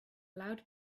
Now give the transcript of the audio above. loud